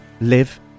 live